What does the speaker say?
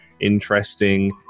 interesting